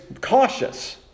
cautious